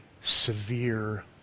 severe